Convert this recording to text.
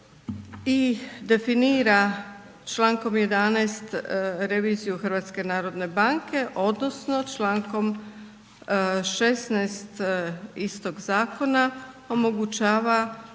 i definira člankom 11. reviziju HNB-a, odnosno člankom 16. istog Zakona omogućava